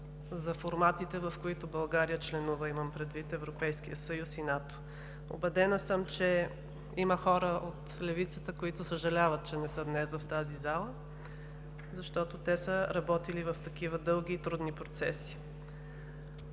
за форматите, в които България членува – имам предвид Европейския съюз и НАТО. Убедена съм, че има хора от левицата, които съжаляват, че не са днес в тази зала, защото те са работили в такива дълги и трудни процеси.